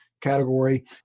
category